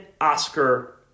Oscar